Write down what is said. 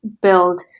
build